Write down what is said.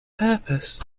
purpose